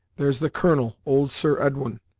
there's the colonel, old sir edwin,